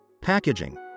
packaging